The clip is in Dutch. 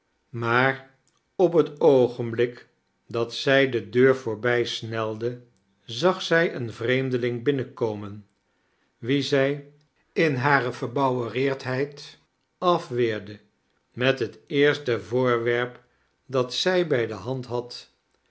maar op het oogemblik dat zij de deur voorbijsnelde zag zij een vreemdeling binnenkomen wien zij in hare verbouwereerdheid afweerde met het eerste voorwerp dat zij bij de hand had